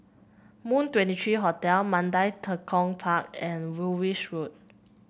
Moon Twenty three Hotel Mandai Tekong Park and Woolwich Road